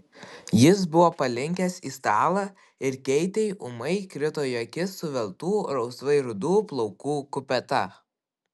jis buvo palinkęs į stalą ir keitei ūmai krito į akis suveltų rausvai rudų plaukų kupeta